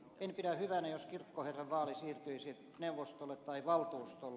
en pidä hyvänä jos kirkkoherran vaali siirtyisi neuvostolle tai valtuustolle